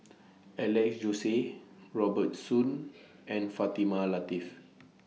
Alex Josey Robert Soon and Fatimah Lateef